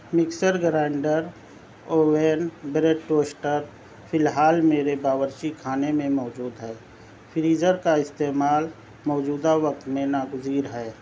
mixer grinder oven bread toaster فی الحال میرے باورچی خانے میں موجود ہے فریزر کا استعمال موجودہ وقت میں ناگزیر ہے